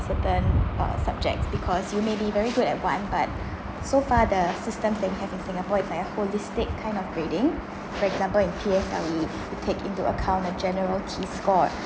certain uh subjects because you may be very good at one but so far the system they have in Singapore is like a holistic kind of grading for example in P_S_L_E to take into account the general key score